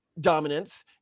dominance